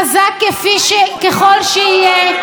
חזק ככל שיהיה,